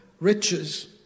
riches